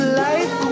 life